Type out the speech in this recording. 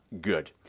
good